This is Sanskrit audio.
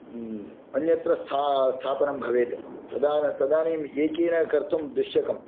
अन्यत्र स्थापनं भवेत् तदा तदानीम् एकेन कर्तुं दुश्शकं